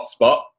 hotspot